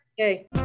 Okay